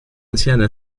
anciana